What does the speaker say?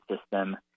system